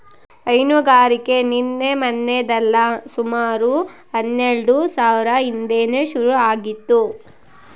ಹೈನುಗಾರಿಕೆ ನಿನ್ನೆ ಮನ್ನೆದಲ್ಲ ಸುಮಾರು ಹನ್ನೆಲ್ಡು ಸಾವ್ರ ಹಿಂದೇನೆ ಶುರು ಆಗಿತ್ತು